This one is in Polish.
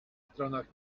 stronach